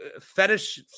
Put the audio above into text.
fetish